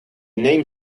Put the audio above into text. name